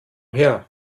her